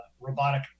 robotic